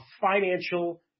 financial